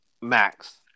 max